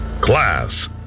Class